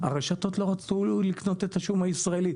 הרשתות לא רצו לקנות את השום הישראלי,